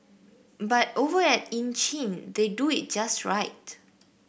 but over at Ann Chin they do it just right